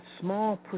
small